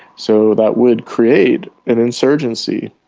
so that would create an insurgency.